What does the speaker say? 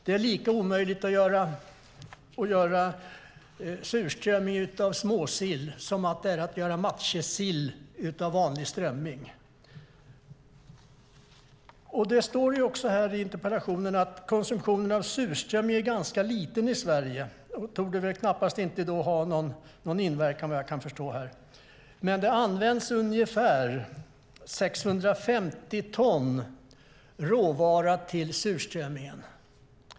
Det är lika omöjligt att göra surströmming av småsill som att göra matjessill av vanlig strömming. Det står i interpellationen att konsumtionen av surströmming i Sverige är ganska liten. Den torde därför knappast ha någon inverkan. Det används ungefär 650 ton råvara till surströmmingen.